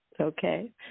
Okay